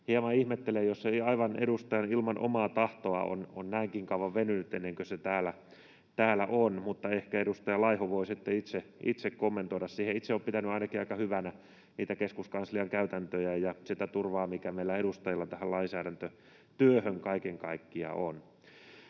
hieman ihmettelen, jos se aivan ilman edustajan omaa tahtoa on näinkin kauan venynyt, ennen kuin se täällä on, mutta ehkä edustaja Laiho voi sitten itse kommentoida sitä. Itse olen ainakin pitänyt aika hyvinä niitä keskuskanslian käytäntöjä ja sitä turvaa, mikä meillä edustajilla tähän lainsäädäntötyöhön kaiken kaikkiaan on.